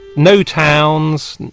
no towns,